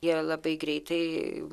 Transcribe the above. jie labai greitai